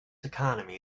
economy